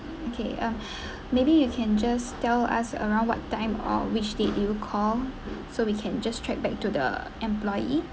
okay uh maybe you can just tell us around what time or which date do you call so we can just track back to the employee